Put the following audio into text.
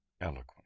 eloquent